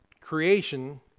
creation